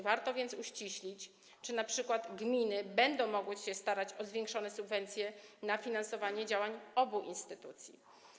Warto więc uściślić, czy np. gminy będą mogły się starać o zwiększone subwencje na finansowanie działań obu instytucji.